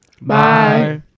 Bye